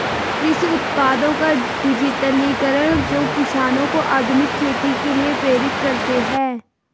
कृषि उत्पादों का डिजिटलीकरण जो किसानों को आधुनिक खेती के लिए प्रेरित करते है